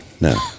no